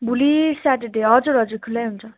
भोलि स्याटरडे हजुर हजुर खुल्लै हुन्छ